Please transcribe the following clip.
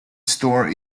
store